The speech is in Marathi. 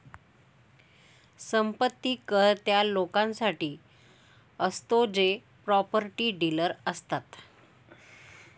संपत्ती कर त्या लोकांसाठी असतो जे प्रॉपर्टी डीलर असतात